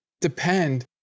depend